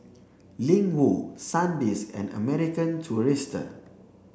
Ling Wu Sandisk and American Tourister